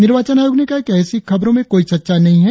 निर्वाचन आयोग ने कहा है कि ऎसी खबरों में कोई सच्चाई नही है